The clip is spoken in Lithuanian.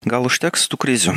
gal užteks tų krizių